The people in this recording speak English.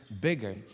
bigger